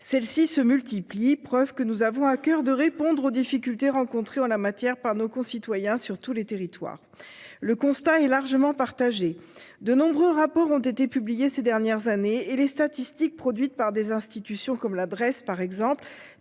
Celle-ci se multiplient. Preuve que nous avons à coeur de répondre aux difficultés rencontrées en la matière par nos concitoyens sur tous les territoires. Le constat est largement partagée de nombreux rapports ont été publiés ces dernières années et les statistiques produites par des institutions comme l'adresse par exemple,